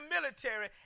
military